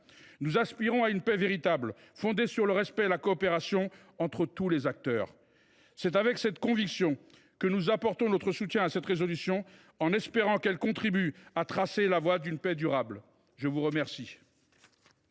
Nous aspirons à une paix véritable, fondée sur le respect et la coopération entre tous les acteurs. Forts de cette conviction, nous apportons notre soutien à cette proposition de résolution, en espérant qu’elle contribue à tracer la voie d’une paix durable. La parole